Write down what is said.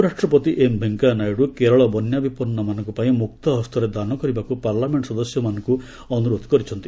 ଉପରାଷ୍ଟ୍ରପତି ଏମ୍ ଭେଙ୍କେୟା ନାଇଡୁ କେରଳ ବନ୍ୟାବିପନ୍ନ ମାନଙ୍କ ପାଇଁ ମୁକ୍ତ ହସ୍ତରେ ଦାନ କରିବାକୁ ପାର୍ଲ୍ୟାମେଣ୍ଟ ସଦସ୍ୟମାନଙ୍କୁ ଅନୁରୋଧ କରିଛନ୍ତି